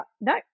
No